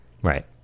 Right